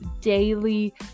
daily